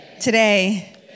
Today